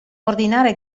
ordinare